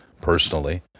personally